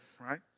right